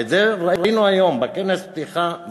ואת זה ראינו היום בכנס הפתיחה,